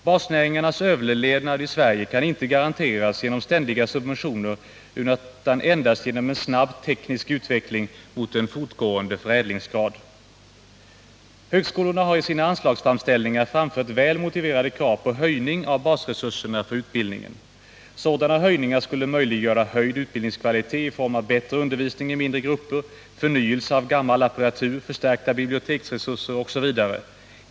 Basnäringarnas överlevnad i Sverige kan inte garanteras genom ständiga subventioner utan endast genom en snabb teknisk utveckling mot en fortgående förädlingsgrad. Högskolorna har i sina anslagsframställningar framfört väl motiverade krav på höjning av basresurserna för utbildningen. Sådana höjningar skulle möjliggöra höjd utbildningskvalitet i form av bättre undervisning i mindre grupper, förnyelse av gammal apparatur, förstärkta biblioteksresurser osv.